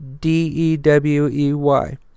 D-E-W-E-Y